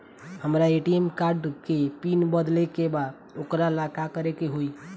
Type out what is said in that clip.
हमरा ATM card के PIN बदले के बा वोकरा ला का करे के होई?